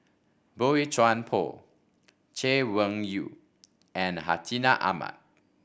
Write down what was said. Boey Chuan Poh Chay Weng Yew and Hartinah Ahmad